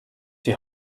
die